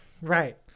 Right